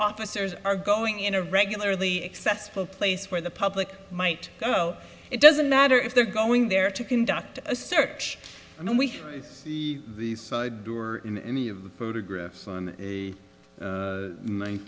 officers are going in a regularly access folk place where the public might know it doesn't matter if they're going there to conduct a search and we see the side door in any of the photographs on a